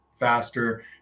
Faster